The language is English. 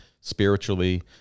spiritually